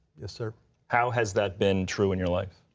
so how has that been true in your life?